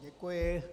Děkuji.